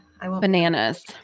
bananas